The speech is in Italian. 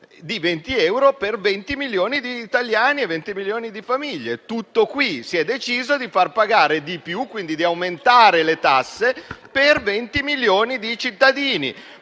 di 20 euro per 20 milioni di italiani e 20 milioni di famiglie. Tutto qui, si è deciso di far pagare di più, quindi di aumentare le tasse per 20 milioni di cittadini.